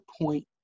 point